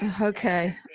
Okay